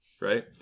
Right